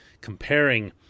comparing